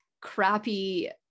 crappy